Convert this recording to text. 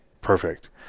perfect